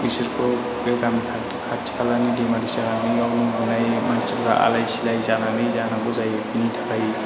बिसोरखौ बे गामि खाथि खालानि दैमा दैसानियाव नुबोनाय मानसिफोरा आलाय सिलाय जानानै जानांगौ जायो बिनि थाखाय